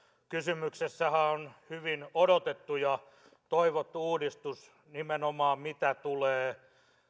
kysymyksessähän on hyvin odotettu ja toivottu uudistus nimenomaan mitä tulee